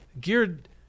geared